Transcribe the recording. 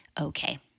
okay